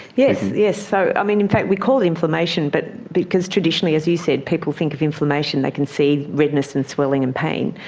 yes, yes. so um in in fact we call it inflammation, but because traditionally, as you said, people think of inflammation, they can see redness and swelling and pain.